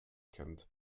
kämmt